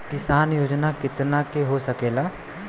किसान योजना कितना के हो सकेला?